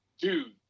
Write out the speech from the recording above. dude